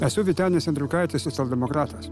esu vytenis andriukaitis socialdemokratas